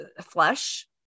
flesh